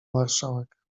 marszałek